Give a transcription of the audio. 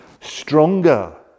stronger